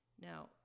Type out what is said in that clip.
now